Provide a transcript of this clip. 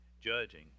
judging